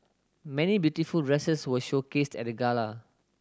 many beautiful dresses were showcased at the gala